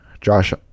josh